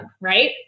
right